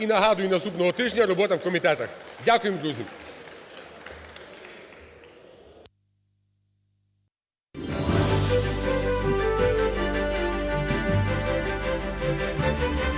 І нагадую: наступного тижня – робота у комітетах. Дякуємо, друзі.